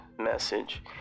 message